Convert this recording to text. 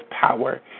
power